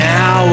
Now